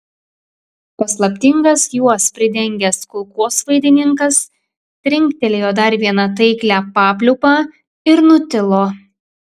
paslaptingas juos pridengęs kulkosvaidininkas trinktelėjo dar vieną taiklią papliūpą ir nutilo